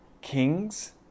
kings